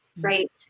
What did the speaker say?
Right